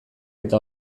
eta